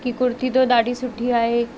की कुर्ती त ॾाढी सुठी आहे